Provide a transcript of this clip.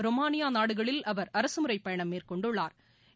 ரோமானியா நாடுகளில் அவா் அரசுமுறை பயணம் மேற்கொண்டுள்ளாா்